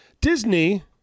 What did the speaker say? Disney